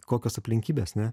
kokios aplinkybės ne